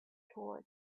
towards